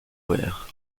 ware